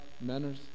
manners